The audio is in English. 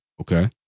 Okay